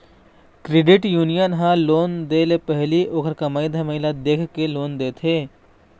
credit union ह loan दे ले पहिली ओखर कमई धमई ल देखके लोन देथे